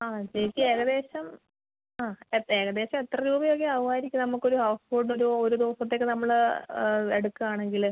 ആ ശരിക്കും ഏകദേശം ആ ഏകദേശം എത്ര രൂപ ഒക്കെ ആവുമായിരിക്കും നമ്മൾക്ക് ഒരു ഹൗസ് ബോട്ട് ഒരു ഒരു ദിവസത്തേക്ക് നമ്മൾ എടുക്കുക ആണെങ്കിൽ